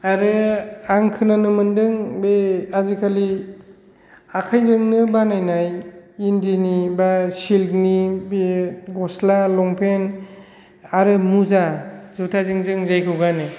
आरो आं खोनानो मोनदों बे आजिखालि आखाइजोंनो बानायनाय इन्दिनि एबा सिल्क नि बे गस्ला लंपेन्ट आरो मुजा जुताजों जों जायखौ गानो